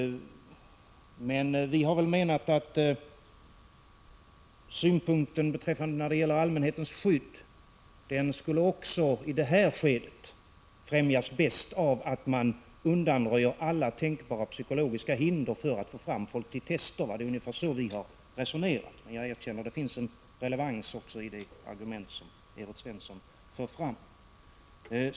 Vi menar att också allmänhetens skydd i det här skedet bäst skulle främjas av att man undanröjer alla tänkbara psykologiska hinder för att få fram folk till tester. Det är ungefär så vi har resonerat, men jag erkänner att det finns en relevans också i det argument som Evert Svensson för fram.